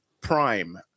Prime